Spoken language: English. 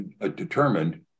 determined